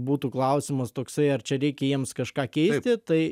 būtų klausimas toksai ar čia reikia jiems kažką keisti tai